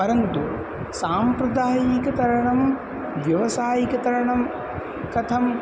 परन्तु साम्प्रदायिकतरणं व्यावसायिकतरणं कथं